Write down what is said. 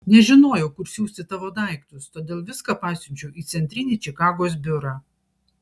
nežinojau kur siųsti tavo daiktus todėl viską pasiunčiau į centrinį čikagos biurą